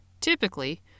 Typically